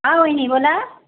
हां वहिनी बोला